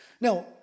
now